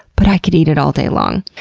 but i could eat it all day long.